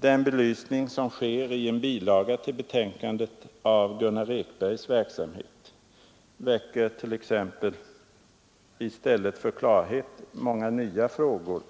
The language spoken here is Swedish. Den belysning som sker i en bilaga till betänkandet av Gunnar Ekbergs verksamhet skapar t.ex. ingen klarhet utan väcker i stället många nya frågor